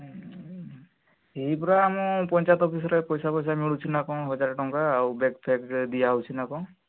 ହୁଁ ଏଇ ପରା ଆମ ପଞ୍ଚାୟତ ଅଫିସ୍ରେ ପଇସା ଫଇସା ମିଳୁଛି ନାଁ କଣ ହଜାରେ ଟଙ୍କା ଆଉ ବେଗ୍ ଫେଗ୍ ଦିଆହଉଛି ନାଁ କ'ଣ